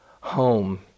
home